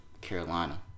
Carolina